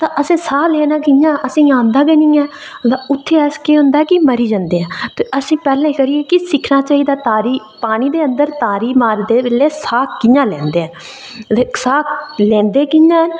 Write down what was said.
ते असें साह् लैना कि'यां असेंगी आंदा निं ऐ ते उत्थै अस केह् होंदा कि अस मरी जन्ने ते असें पैह्लें करियै की सिक्खना चाहिदा तारी पानी दे अंदर तारी मारदे बेल्लै साह् कि'यां निकलदे न ते साह् लैंदे कि'यां न